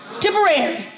Temporary